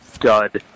dud